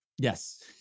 Yes